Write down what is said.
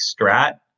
strat